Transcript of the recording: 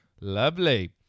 Lovely